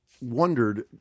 wondered